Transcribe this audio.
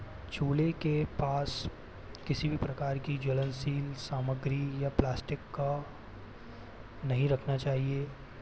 चूल्हे के पास किसी भी प्रकार की ज्वलंतशील सामग्री या प्लास्टिक का नहीं रखना चाहिए